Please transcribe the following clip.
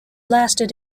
lasted